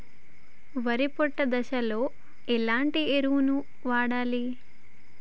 వరి పొట్ట దశలో ఎలాంటి ఎరువును వాడాలి?